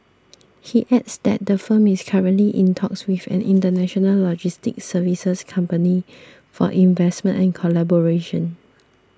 he adds that the firm is currently in talks with an international logistics services company for investment and collaboration